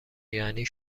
یعنی